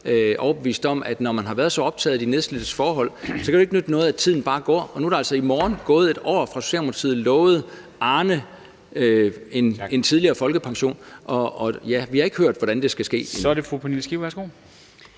overbevist om, at når man har været så optaget af de nedslidtes forhold, kan det jo ikke nytte noget, at tiden bare går. Nu er der altså i morgen gået 1 år, fra Socialdemokratiet lovede Arne en tidligere folkepension, og vi har endnu ikke hørt, hvordan det skal ske. Kl. 14:11 Formanden (Henrik